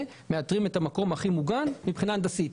מאתרים את המקום הכי מוגן מבחינה הנדסית.